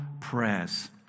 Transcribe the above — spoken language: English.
prayers